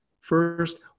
First